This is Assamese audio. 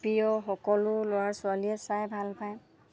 প্ৰিয় সকলো ল'ৰা ছোৱালীয়ে চাই ভাল পায়